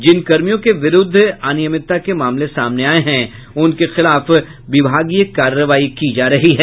जिन कर्मियों के विरूद्ध अनियमितता के मामले सामने आये हैं उनके खिलाफ विभागीय कार्रवाई की जा रही है